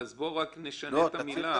אז רק נשנה את המילה.